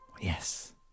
Yes